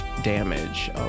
damage